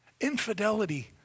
infidelity